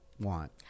want